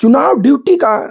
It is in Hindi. चुनाव ड्यूटी का